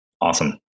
Awesome